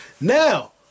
Now